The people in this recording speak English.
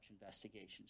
investigations